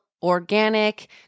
organic